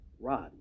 Rod